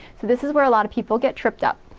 so this is where a lot of people get tripped up.